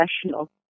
professional